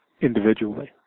individually